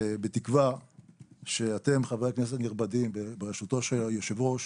בתקווה שאתם חברי הכנסת הנכבדים בראשותו של היושב-ראש